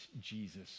Jesus